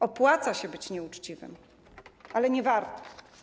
Opłaca się być nieuczciwym, ale nie warto.